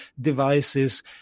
devices